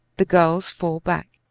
the girls fall back.